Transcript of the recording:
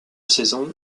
saison